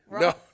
No